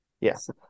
Yes